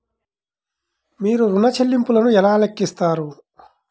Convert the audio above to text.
మీరు ఋణ ల్లింపులను ఎలా లెక్కిస్తారు?